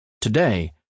Today